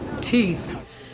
Teeth